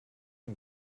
and